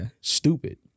stupid